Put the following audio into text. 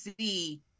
see